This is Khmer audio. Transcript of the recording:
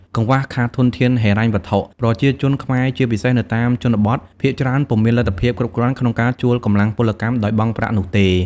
កង្វះខាតធនធានហិរញ្ញវត្ថុ ប្រជាជនខ្មែរជាពិសេសនៅតាមជនបទ ភាគច្រើនពុំមានលទ្ធភាពគ្រប់គ្រាន់ក្នុងការជួលកម្លាំងពលកម្មដោយបង់ប្រាក់នោះទេ។